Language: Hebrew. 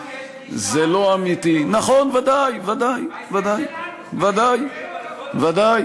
בהסכם שלנו יש דרישה ליישם את דוח אלאלוף.